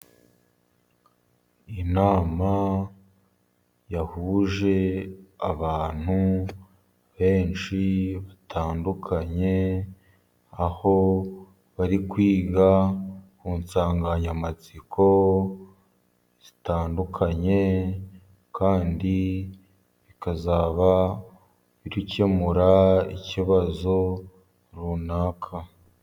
Inama yahuje abantu benshi batandukanye, aho bari kwiga ku nsanganyamatsiko zitandukanye, kandi bakazaba bari gukemura ikibazo runaka.